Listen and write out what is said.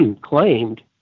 claimed